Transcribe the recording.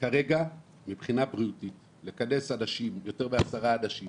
כרגע מבחינה בריאותית לכנס יותר מעשרה אנשים